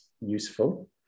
useful